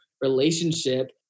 relationship